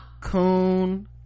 coon